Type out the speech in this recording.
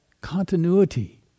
continuity